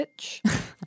bitch